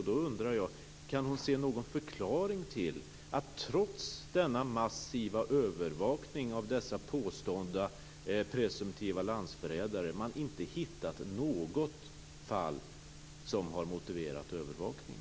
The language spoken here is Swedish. Då undrar jag om hon kan se någon förklaring till att man, trots den massiva övervakningen av dessa påstådda presumtiva landsförrädare, inte hittat något fall som har motiverat övervakningen.